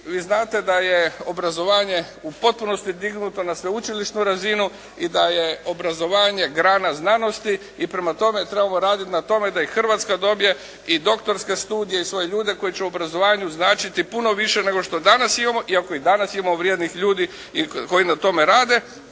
vi znate da je obrazovanje u potpunosti dignuto na sveučilišnu razinu i da je obrazovanje grana znanosti i prema tome trebamo raditi na tome da i Hrvatska dobije i doktorske studije i svoje ljude koji će u obrazovanju značiti puno više nego što danas imamo iako i danas imamo vrijednih ljudi koji na tome rade